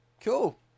Cool